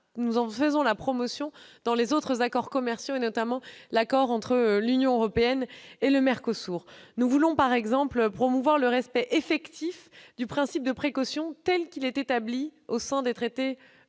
par ailleurs la promotion dans d'autres accords commerciaux, notamment celui entre l'Union européenne et le MERCOSUR. Nous voulons par exemple promouvoir le respect effectif du principe de précaution, tel qu'il est prévu au sein des traités